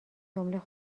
جمله